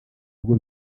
bigo